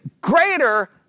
greater